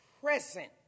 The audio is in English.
present